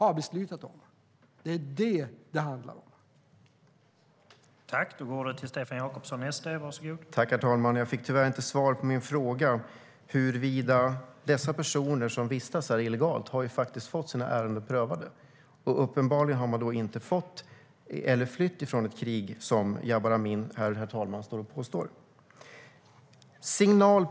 Det är det som det handlar om.